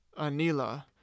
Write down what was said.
Anila